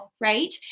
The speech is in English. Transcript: right